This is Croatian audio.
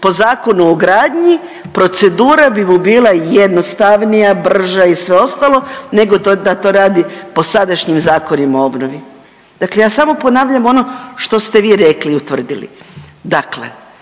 po Zakonu o gradnji, procedura bi mu bila jednostavnija, brža i sve ostalo nego da to radi po sadašnjim zakonima o obnovi. Dakle ja samo ponavljam ono što ste vi rekli i utvrdili.